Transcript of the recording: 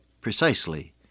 precisely